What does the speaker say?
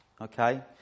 okay